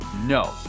no